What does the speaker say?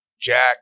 Jack